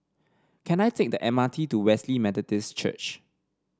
can I take the M R T to Wesley Methodist Church